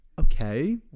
Okay